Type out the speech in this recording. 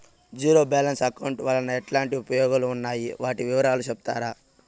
Zero balance account వలన ఎట్లాంటి ఉపయోగాలు ఉన్నాయి? వాటి వివరాలు సెప్తారా?